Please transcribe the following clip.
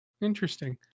interesting